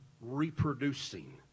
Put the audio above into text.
reproducing